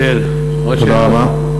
תודה רבה.